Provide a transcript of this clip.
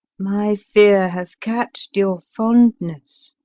my fear hath catch'd your fondness.